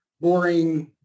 boring